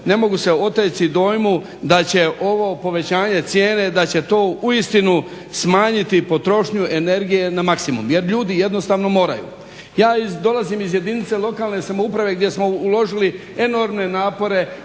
ne mogu se oteti dojmu da će ovo povećanje cijene, da će to uistinu smanjiti potrošnju energije na maksimum jer ljudi jednostavno moraju. Ja dolazim iz jedinice lokalne samouprave gdje smo uložili enormne napore